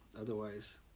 otherwise